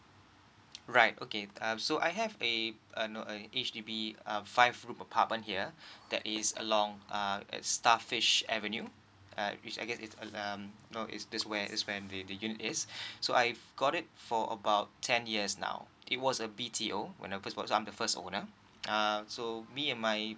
right okay uh so I have a uh no H_D_B uh five room apartment here that is along uh at starfish avenue uh which I guess it's a a a um no is this where this is where the the unit is so I've got it for about ten years now it was a B_T_O when it was cause I'm the first owner err so me and my